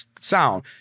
sound